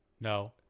No